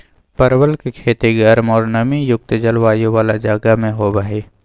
परवल के खेती गर्म और नमी युक्त जलवायु वाला जगह में होबा हई